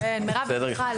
מירון --- בדיוק.